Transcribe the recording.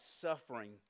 suffering